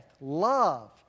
love